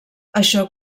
això